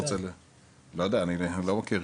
לא, אבל אני מדבר